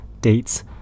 dates